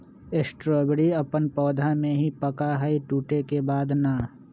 strawberry अपन पौधा में ही पका हई टूटे के बाद ना